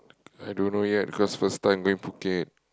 I don't know yet cause first time going Phuket